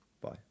Bye